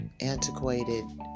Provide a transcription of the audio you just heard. antiquated